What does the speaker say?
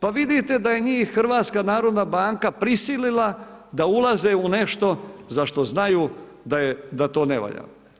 Pa vidite da je njih HNB prisilila da ulaze u nešto za što znaju da to ne valja.